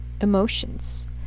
emotions